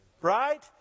right